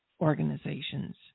organizations